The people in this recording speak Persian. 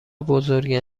بزرگه